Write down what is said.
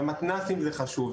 מתנ"סים זה חשוב,